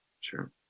sure